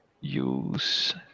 use